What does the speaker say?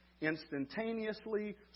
Instantaneously